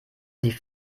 die